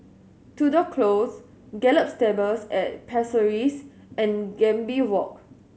Tudor Close Gallop Stables at Pasir Ris and Gambir Walk